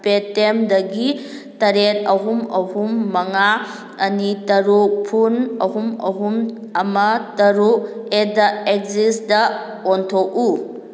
ꯄꯦꯇꯤꯑꯦꯝꯗꯒꯤ ꯇꯔꯦꯠ ꯑꯍꯨꯝ ꯑꯍꯨꯝ ꯃꯉꯥ ꯑꯅꯤ ꯇꯔꯨꯛ ꯐꯨꯟ ꯑꯍꯨꯝ ꯑꯍꯨꯝ ꯑꯃ ꯇꯔꯨꯛ ꯑꯦꯠ ꯗ ꯑꯦꯛꯖꯤꯁꯗ ꯑꯣꯟꯊꯣꯛꯎ